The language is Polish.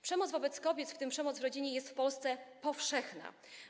Przemoc wobec kobiet, w tym przemoc w rodzinie, jest w Polsce powszechna.